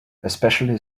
especially